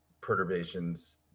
perturbations